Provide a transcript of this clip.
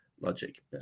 logic